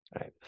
right